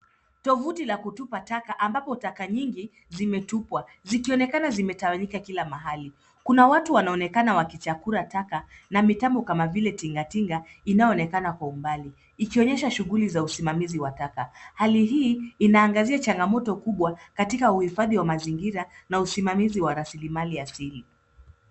Tovuti la kutupa taka ambapo taka nyingi zimetupwa zikionekana zimetawanyika kila mahali. Kuna watu wanaonekana wakichakura taka na mitambo kama vile tinga tinga inayo onekana kwa umbali, ikionyesha shughuli za usimamizi wa taka. Hali hii inaangazia changamoto kubwa katika uhifadhi wa mazingira na usimamizi wa raslimali ya asili.